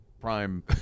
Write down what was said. prime